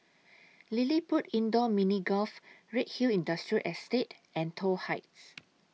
LilliPutt Indoor Mini Golf Redhill Industrial Estate and Toh Heights